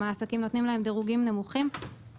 העסקים נותנים להם דירוגים נמוכים,